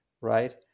right